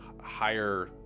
higher